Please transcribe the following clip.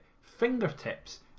fingertips